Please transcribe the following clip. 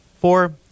Four